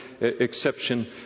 exception